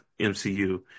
MCU